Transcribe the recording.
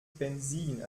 benzin